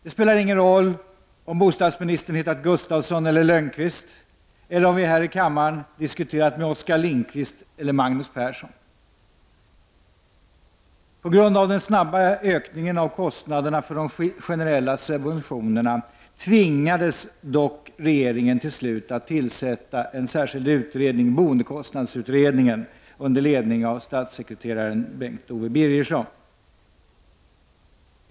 Det spelar ingen roll om bostadsministern hetat Gustafsson eller Lönnqvist eller om vi här i kammaren diskuterat med Oskar Lindkvist eller Magnus Persson. På grund av den snabba ökningen av kostnaderna för de generella subventionerna tvingades dock regeringen till slut att tillsätta en särskild utredning — boendekostnadsutredningen — under ledning av statssekreteraren Bengt Owe Birgersson.